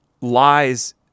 lies